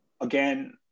again